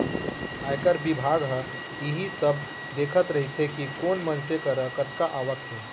आयकर बिभाग ह इही सब देखत रइथे कि कोन मनसे करा कतका आवक हे